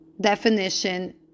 definition